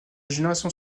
génération